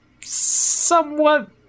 somewhat